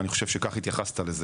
ואני חושב שכך התייחסת לזה.